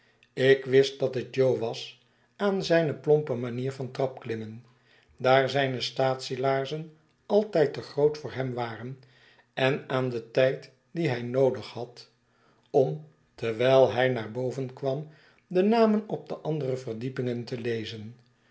ik wist dat het jo was aan zijne plompe manier van trappenklimmen daar zijne staatsielaarzen altijd te groot voor hem waren en aan den tijd dien hij noodig had om terwijl hij naar boven kwam de namen op de andere verdiepingen te lezen